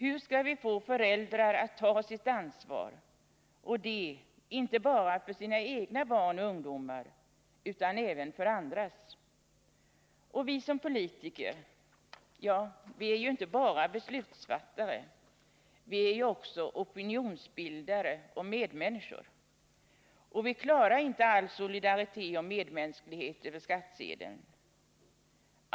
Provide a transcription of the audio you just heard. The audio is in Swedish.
Hur skall vi få föräldrar att ta sitt ansvar, inte bara för egna barn och ungdomar utan även för andras? Vi politiker är ju inte bara beslutsfattare — vi är ju också opinionsbildare och medmänniskor. Man klarar inte all solidaritet och medmänsklighet över skattsedeln.